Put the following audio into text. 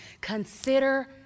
Consider